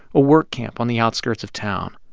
a work camp on the outskirts of town.